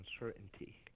uncertainty